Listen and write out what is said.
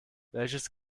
welches